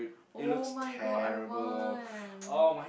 [oh]-my-god I want